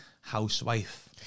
housewife